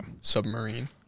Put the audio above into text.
submarine